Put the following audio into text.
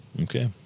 Okay